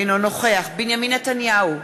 אינו נוכח בנימין נתניהו,